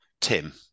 Tim